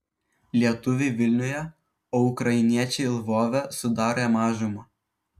lietuviai vilniuje o ukrainiečiai lvove sudarė mažumą